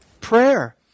prayer